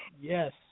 Yes